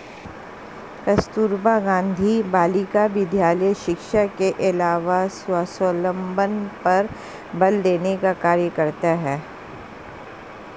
कस्तूरबा गाँधी बालिका विद्यालय शिक्षा के अलावा स्वावलम्बन पर बल देने का कार्य करता है